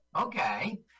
Okay